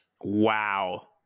Wow